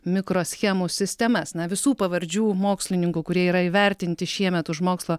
mikroschemų sistemas na visų pavardžių mokslininkų kurie yra įvertinti šiemet už mokslą